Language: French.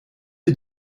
est